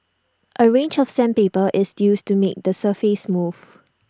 A range of sandpaper is used to make the surface smooth